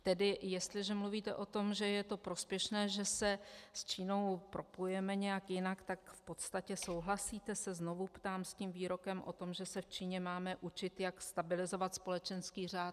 Tedy jestliže mluvíte o tom, že je to prospěšné, že se s Čínou propojujeme nějak jinak, tak v podstatě souhlasíte, znovu se ptám, s výrokem o tom, že se v Číně máme učit, jak stabilizovat společenský řád?